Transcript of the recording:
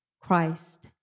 Christ